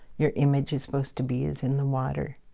your image is supposed to be, is in the water.